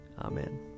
Amen